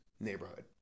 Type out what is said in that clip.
neighborhood